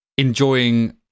enjoying